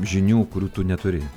žinių kurių tu neturi